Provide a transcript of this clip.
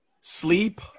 Sleep